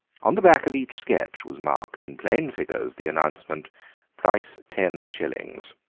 on the back of each sketch was marked in plain figures the announcement price ten shillings.